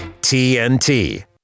TNT